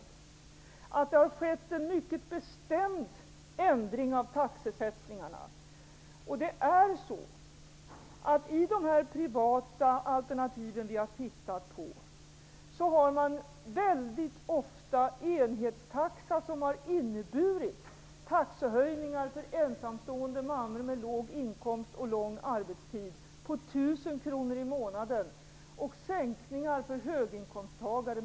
Vi har i den undersökningen belagt att det har skett en mycket bestämd ändring av taxesättningarna. I de privata alternativ som vi har sett på har man mycket ofta en enhetstaxa inom vilken det har gjorts taxehöjningar om 1 000 kr i månaden för ensamstående mammor med låg inkomst och med lång arbetstid och sänkningar med 1 000 kr för höginkomsttagare.